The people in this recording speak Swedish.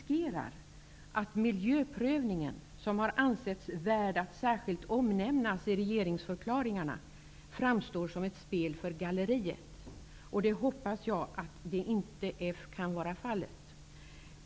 Herr talman! Miljöprövningen, som har ansetts värd att särskilt omnämnas i regeringsförklaringarna, framstår såsom ett spel för galleriet. Jag hoppas att så inte är fallet.